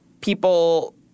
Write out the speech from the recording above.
people